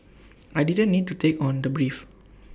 I didn't need to take on the brief